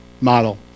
model